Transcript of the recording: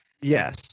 Yes